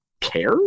care